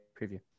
preview